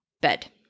bed